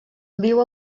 viu